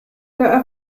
der